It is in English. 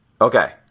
Okay